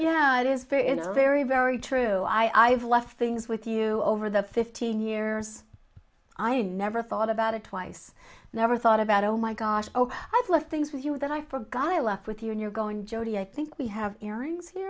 know it is very very true i've left things with you over the fifteen years i never thought about it twice never thought about oh my gosh i've left things with you that i forgot i left with you and you're going jodi i think we have hearings here